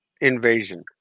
invasion